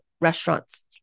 restaurants